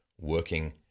working